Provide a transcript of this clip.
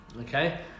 okay